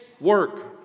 work